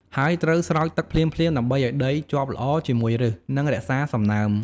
ហើយត្រូវស្រោចទឹកភ្លាមៗដើម្បីឱ្យដីជាប់ល្អជាមួយឫស និងរក្សាសំណើម។